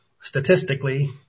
statistically